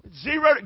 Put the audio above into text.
Zero